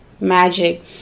magic